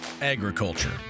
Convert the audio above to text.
agriculture